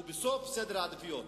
הוא בסוף סדר העדיפויות,